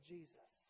Jesus